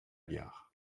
gare